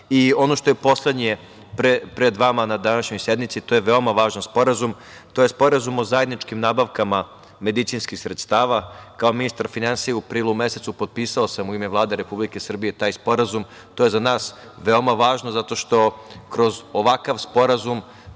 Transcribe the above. što je poslednje pred vama na današnjoj sednici, a veoma važno, to je Sporazum o zajedničkim nabavkama medicinskih sredstava. Kao ministar finansija, u aprilu mesecu potpisao sam u ime Vlade Republike Srbije taj sporazum. To je za nas veoma važno, zato što kroz ovakav sporazum